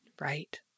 Right